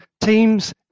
teams